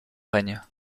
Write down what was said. règne